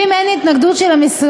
ואם אין התנגדות של המשרדים,